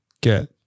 get